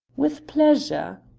with pleasure.